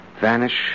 Vanish